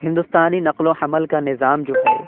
ہندوستانی نقل و حمل کا نظام جو ہے